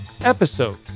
Episode